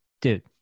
dude